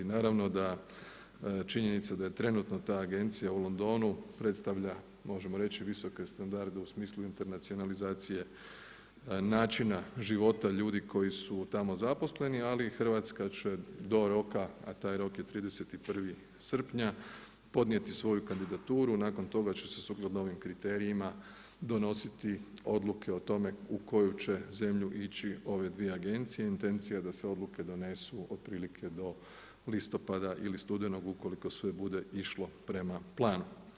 Naravno da činjenica da je trenutno ta agencija u Londonu predstavlja, možemo reći visoke standarde u smislu internacionalizacije načina života ljudi koji su tamo zaposleni, ali i Hrvatska će do roka, a taj rok je 31. srpnja, podnijeti svoju kandidaturu, nakon toga će se suprotno ovim kriterijima, donositi odluke o tome u koju će zemlju ići ove dvije agencija, intencija je da se odluke donesu otprilike do listopada ili studenoga ukoliko sve bude išlo prema planu.